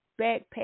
backpack